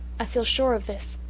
i feel sure of this.